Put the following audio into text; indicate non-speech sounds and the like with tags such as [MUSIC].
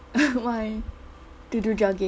[LAUGHS] why to do jogging